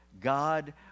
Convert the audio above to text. God